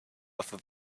after